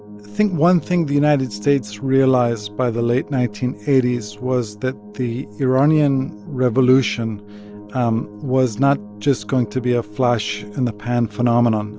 think one thing the united states realized by the late nineteen eighty s was that the iranian revolution um was not just going to be a flash-in-the-pan phenomenon